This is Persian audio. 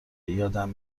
یادم